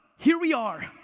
here we are.